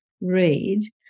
read